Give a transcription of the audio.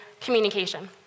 communication